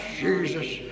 Jesus